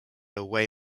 away